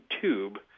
tube